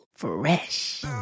fresh